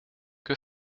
que